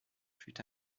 fut